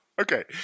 Okay